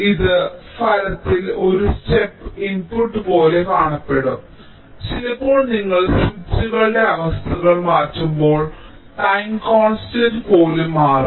ഇത് ഫലത്തിൽ ഒരു സ്റ്റെപ്പ് ഇൻപുട്ട് പോലെ കാണപ്പെടും ചിലപ്പോൾ നിങ്ങൾ സ്വിച്ചുകളുടെ അവസ്ഥകൾ മാറ്റുമ്പോൾ ടൈം കോൺസ്റ്റന്റ് പോലും മാറാം